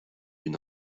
une